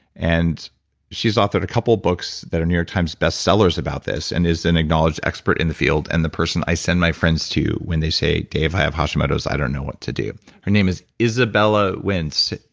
and she's authored a couple books that are new york times bestsellers about this and is an acknowledged expert in the field and the person i send my friends to when they say, dave, i have hashimoto's. i don't know what to do. her name is izabella wentz.